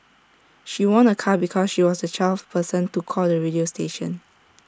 she won A car because she was the twelfth person to call the radio station